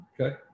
Okay